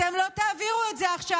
אתם לא תעבירו את זה עכשיו,